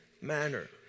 manner